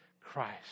Christ